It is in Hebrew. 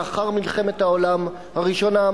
לאחר מלחמת העולם הראשונה,